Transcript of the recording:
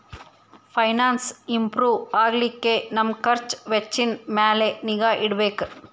finance improve ಆಗ್ಲಿಕ್ಕೆ ನಮ್ ಖರ್ಛ್ ವೆಚ್ಚಿನ್ ಮ್ಯಾಲೆ ನಿಗಾ ಇಡ್ಬೆಕ್